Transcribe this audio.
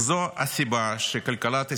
וזאת הסיבה שכלכלת ישראל,